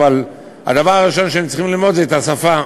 אבל הדבר הראשון שהם צריכים ללמוד זה את השפה.